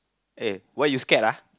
eh why you scared lah